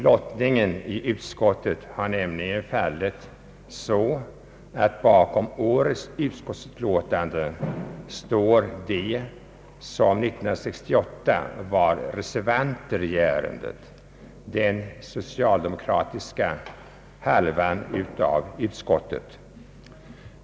Lottningen i utskottet har nämligen fallit så att bakom årets utskottsutlåtande står de som 1968 var reservanter i ärendet, den socialdemokratiska halvan av utskottet.